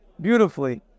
Beautifully